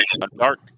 dark